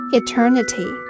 eternity